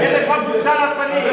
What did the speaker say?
אין לך בושה על הפנים?